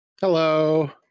Hello